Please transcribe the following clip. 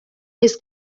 his